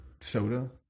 soda